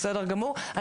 בסדר גמור.